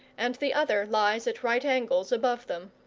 and the other lies at right angles above them.